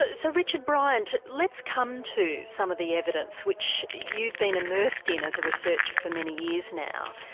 ah so richard bryant let's come to some of the evidence which you've been immersed in as a researcher for many years now.